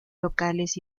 locales